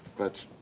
but